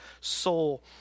soul